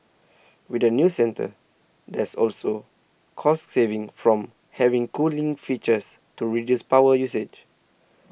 with the new centre there's also cost savings from having cooling features to reduce power usage